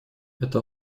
это